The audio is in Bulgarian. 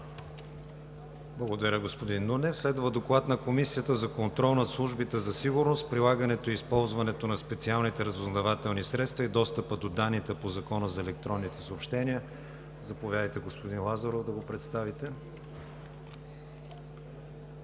Благодаря, господин Нунев. Следва Доклад на Комисията за контрол над службите за сигурност, прилагането и използването на специалните разузнавателни средства и достъпа до данните по Закона за електронните съобщения. Господин Лазаров, заповядайте да го представите.